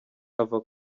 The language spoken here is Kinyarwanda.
ava